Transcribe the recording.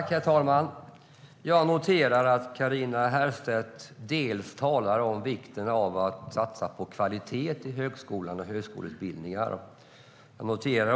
Herr talman! Carina Herrstedt talar om vikten av att satsa på kvalitet i högskola och på högskoleutbildningar.